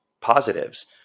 positives